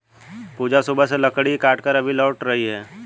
पूजा सुबह से लकड़ी काटकर अभी लौट रही है